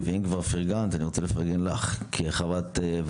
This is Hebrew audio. ד"ר זאב פלדמן וגברת רעיה